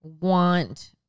want